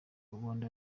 rwanda